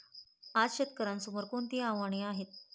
आज शेतकऱ्यांसमोर कोणती आव्हाने आहेत?